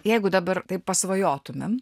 jeigu dabar taip pasvajotumėm